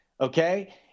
okay